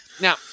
now